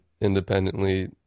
Independently